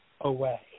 away